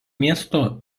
miesto